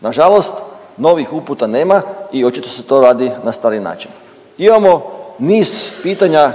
Na žalost novih uputa nema i očito se to radi na stari način. Imamo niz pitanja